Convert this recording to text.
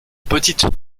petite